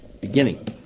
beginning